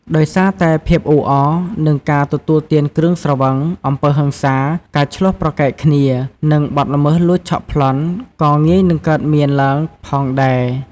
ដោយសារតែភាពអ៊ូអរ និងការទទួលទានគ្រឿងស្រវឹង អំពើហិង្សា ការឈ្លោះប្រកែកគ្នា និង បទល្មើសលួចឆក់ប្លន់ ក៏ងាយនឹងកើតមានឡើងផងដែរ។